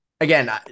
Again